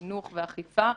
חינוך ואכיפה,